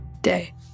day